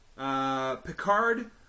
Picard